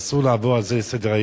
אסור לעבור על זה לסדר-היום,